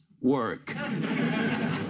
work